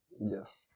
Yes